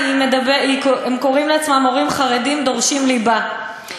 הם קוראים לעצמם "הורים חרדים דורשים ליבה".